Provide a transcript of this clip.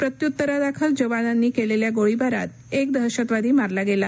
प्रत्युत्तरादाखल जवानांनी केलेल्या गोळीबारात एक दहशतवादी मारला गेला